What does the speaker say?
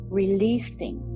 releasing